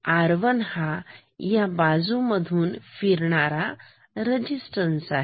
R1 हा या बाजू मधून फिरणारा रजिस्टन्स आहे